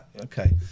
Okay